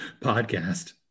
podcast